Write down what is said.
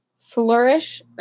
flourish